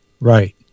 Right